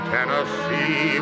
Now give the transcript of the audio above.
Tennessee